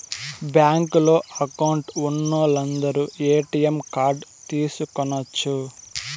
బ్యాంకులో అకౌంట్ ఉన్నోలందరు ATM card తీసుకొనచ్చు